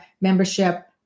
Membership